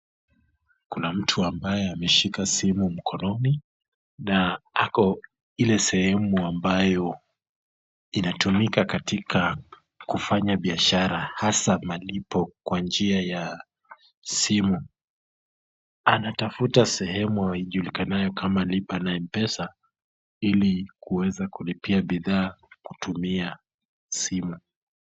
Kuna mtu ambaye ameshika simu mkononi, na ako ile sehemu ambayo inatumika katika kufanya biashara hasa malipo kwa njia ya simu, anatafuta sehemu ijulikanayo kama lipa na Mpesa, ili kuweza kulipia bidhaa kutumia simu.